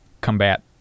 combat